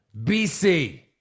BC